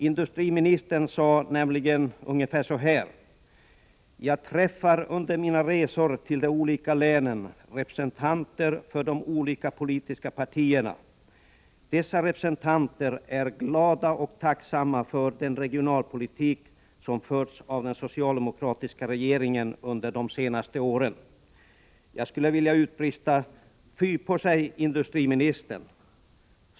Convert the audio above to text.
Industriministern sade nämligen ungefär så här: Jag träffar under mina resor till de olika länen representanter för de politiska partierna. Dessa representanter är glada och tacksamma för den regionalpolitik som förts av den socialdemokratiska regeringen under de senaste åren. Jag skulle vilja utbrista: Fy på sig, industriministern!